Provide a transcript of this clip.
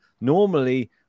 normally